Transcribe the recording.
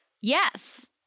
Yes